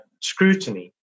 scrutiny